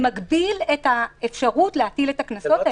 זה מגביל את האפשרות להטיל את הקנסות האלה.